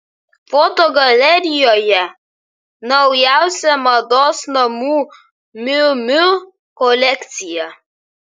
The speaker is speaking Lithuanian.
fotogalerijoje naujausia mados namų miu miu kolekcija